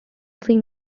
scene